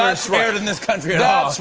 ah so aired in this country at all.